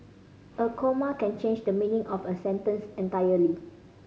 a comma can change the meaning of a sentence entirely